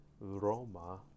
Roma